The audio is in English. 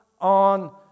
on